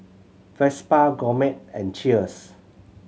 Vespa Gourmet and Cheers